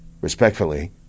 Respectfully